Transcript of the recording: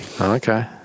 Okay